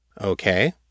Okay